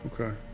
Okay